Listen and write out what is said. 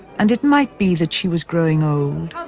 and it might be that she was growing old,